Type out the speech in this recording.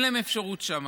אין להם אפשרות שם,